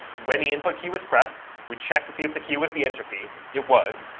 when the input key was pressed, we check to see if the key was the enter key. it was.